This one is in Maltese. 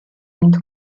int